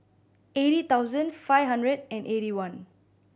eighty thousand five hundred and eighty one